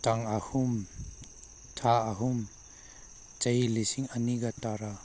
ꯇꯥꯡ ꯑꯍꯨꯝ ꯊꯥ ꯑꯍꯨꯝ ꯆꯍꯤ ꯂꯤꯁꯤꯡ ꯑꯅꯤꯒ ꯇꯔꯥ